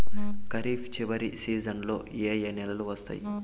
ఖరీఫ్ చివరి సీజన్లలో ఏ ఏ నెలలు వస్తాయి